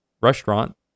restaurant